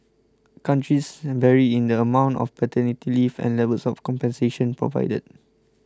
countries vary in the amount of paternity leave and levels of compensation provided